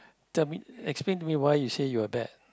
tell me explain to me why you say you're that